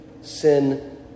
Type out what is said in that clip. Sin